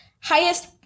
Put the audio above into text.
highest